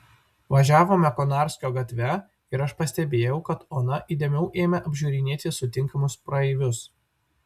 važiavome konarskio gatve ir aš pastebėjau kad ona įdėmiau ėmė apžiūrinėti sutinkamus praeivius